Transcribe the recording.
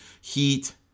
Heat